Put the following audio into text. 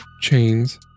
chains